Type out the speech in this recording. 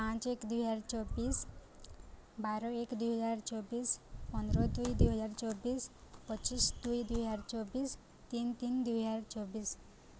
ପାଞ୍ଚ ଏକ ଦୁଇହଜାର ଚବିଶ ବାର ଏକ ଦୁଇହଜାର ଚବିଶ ପନ୍ଦର ଦୁଇ ଦୁଇହଜାର ଚବିଶ ପଚିଶ ଦୁଇ ଦୁଇହଜାର ଚବିଶ ତିନି ତିନି ଦୁଇହଜାର ଚବିଶ